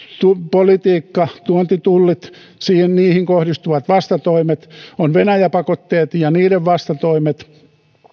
politiikka tuontitullit niihin kohdistuvat vastatoimet on venäjä pakotteet ja niiden vastatoimet